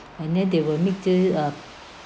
and then they will ah